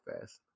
fast